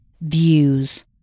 views